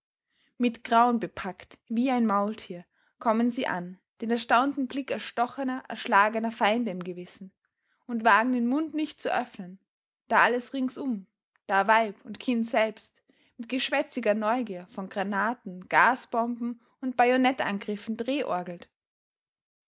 mit grauen bepackt wie ein maultier kommen sie an den erstaunten blick erstochener erschlagener feinde im gewissen und wagen den mund nicht zu öffnen da alles ringsum da weib und kind selbst mit geschwätziger neugier von granaten gasbomben und bajonettangriffen drehorgelt